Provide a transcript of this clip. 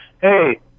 hey